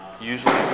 Usually